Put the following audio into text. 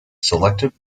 selected